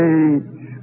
age